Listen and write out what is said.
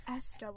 sw